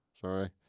Sorry